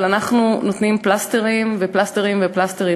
אבל אנחנו נותנים פלסטרים, פלסטרים ופלסטרים.